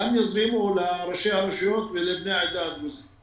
שיזרימו גם לראשי הרשויות ולבני העדה הדרוזית.